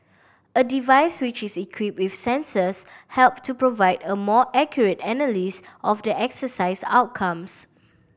a device which is equipped with sensors help to provide a more accurate analysis of the exercise outcomes